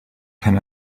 can